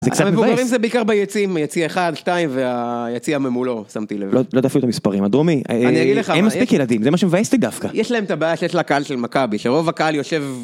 המבוגרים זה בעיקר ביציאים, יציא אחד, שתיים, והיציאה ממולו, שמתי לב. לא תפעו את המספרים, אדרומי, אין מספיק ילדים, זה מה שמבאס לגבכה. יש להם את הבעיה שיש לה קהל של מכבי, שרוב הקהל יושב...